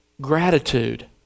gratitude